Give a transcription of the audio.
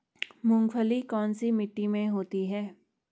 मूंगफली कौन सी मिट्टी में होती है?